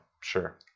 sure